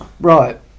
Right